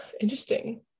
Interesting